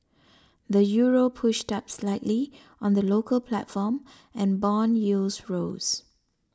the Euro pushed up slightly on the local platform and bond yields rose